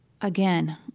again